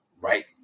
right